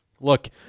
Look